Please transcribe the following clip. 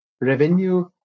revenue